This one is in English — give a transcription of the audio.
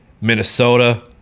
Minnesota